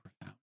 profound